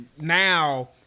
now